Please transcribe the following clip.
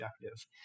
objective